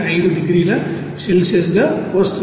5 డిగ్రీల సెల్సియస్గా వస్తుంది